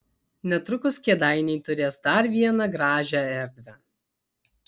netrukus kėdainiai turės dar vieną gražią erdvę